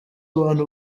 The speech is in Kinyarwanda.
abantu